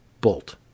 bolt